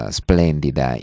splendida